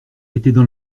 étaient